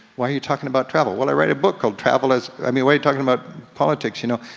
why are you talking about travel? well i wrote a book called travel as, i mean why you talking about politics, you know.